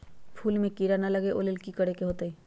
फूल में किरा ना लगे ओ लेल कि करे के होतई?